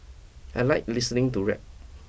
I like listening to rap